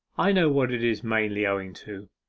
i know what it is mainly owing to.